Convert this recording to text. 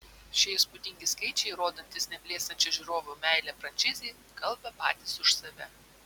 šie įspūdingi skaičiai rodantys neblėstančią žiūrovų meilę frančizei kalba patys už save